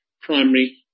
primary